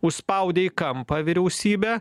užspaudė į kampą vyriausybę